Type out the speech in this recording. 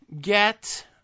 get